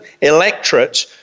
electorate